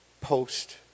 post